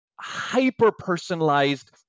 hyper-personalized